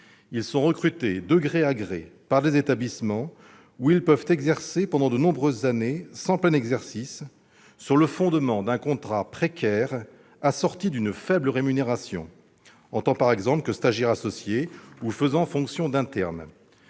Ils sont recrutés de gré à gré par les établissements, où ils peuvent exercer pendant de nombreuses années sans plein exercice, sur le fondement d'un contrat précaire assorti d'une faible rémunération en tant, par exemple, que stagiaire associé ou faisant fonction d'interne,